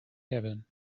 heaven